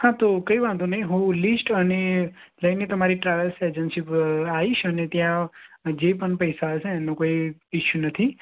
હા તો કંઈ વાંધો નહીં હું લિસ્ટ અને લઈને તમારી ટ્રાવેલ્સ એજન્સી પર આવીશ અને ત્યાં જે પણ પૈસા હશે એનું કંઈ ઇસ્યુ નથી